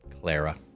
Clara